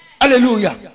Hallelujah